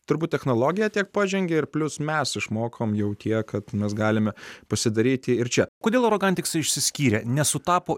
turbūt technologija tiek pažengė ir plius mes išmokom jau tiek kad mes galime pasidaryti ir čia kodėl arogantiks išsiskyrė nesutapo